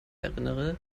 erinnere